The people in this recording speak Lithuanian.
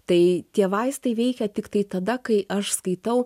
tai tie vaistai veikia tiktai tada kai aš skaitau